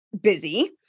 busy